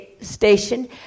station